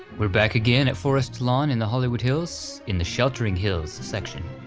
we're back again at forest lawn in the hollywood hills, in the sheltering hills section.